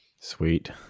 sweet